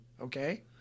okay